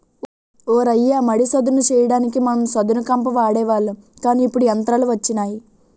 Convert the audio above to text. ఓ రయ్య మడి సదును చెయ్యడానికి మనం సదును కంప వాడేవాళ్ళం కానీ ఇప్పుడు యంత్రాలు వచ్చినాయి